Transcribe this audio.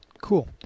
cool